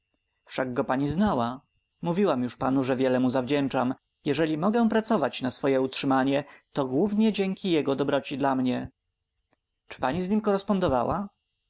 wszak go pani znała mówiłam już panu że wiele mu zawdzięczam jeżeli mogę pracować na swoje utrzymanie to głównie dzięki jego dobroci dla mnie czy pani z nim